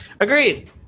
Agreed